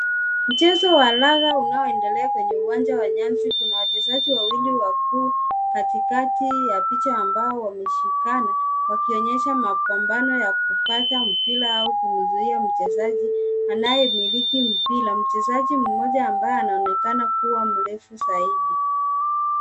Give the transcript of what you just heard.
Mchezo wa raga unaoendelea kwenye uwanja wa nyasi kuna wachezaji wawili wakiwa katikati ya picha ambao wameshikana wakionyesha mapambano ya kupata mpira au kuzuia mchezaji anaye miliki mpira. Mchezaji mmoja ambaye anaonekana kuwa mrefu zaidi.